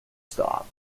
stop